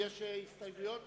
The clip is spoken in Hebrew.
יש הסתייגויות?